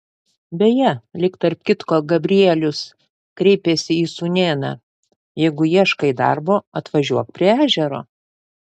beje lyg tarp kitko gabrielius kreipėsi į sūnėną jeigu ieškai darbo atvažiuok prie ežero